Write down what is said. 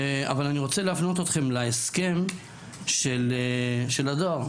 אני רוצה להפנות אתכם להסכם של הדואר,